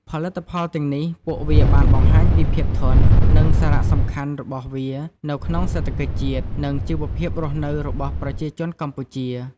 ផលិតផលទាំងនេះ ពួកវាបានបង្ហាញពីភាពធន់ និងសារៈសំខាន់របស់វានៅក្នុងសេដ្ឋកិច្ចជាតិ និងជិវភាពរស់នៅរបស់ប្រជាជនកម្ពុជា។